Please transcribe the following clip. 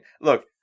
look